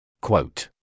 Quote